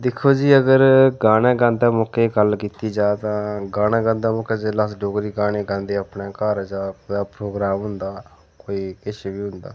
दिक्खो जी अगर गाना गांदे मौके गल्ल कीती जा तां गाना गांदे मौके जिसलै अस डोगरी गाने गांदे अपने घर जां कुतै प्रोग्राम हुंदा कोई किश बी हुंदा